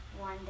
one